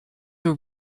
were